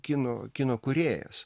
kino kino kūrėjas